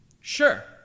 Sure